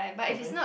okay